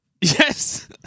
Yes